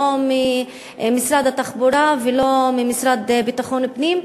לא ממשרד התחבורה ולא מהמשרד לביטחון פנים,